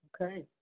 okay